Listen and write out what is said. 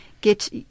get